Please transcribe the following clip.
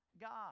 God